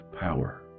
power